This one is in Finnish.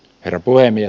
herra puhemies